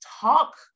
talk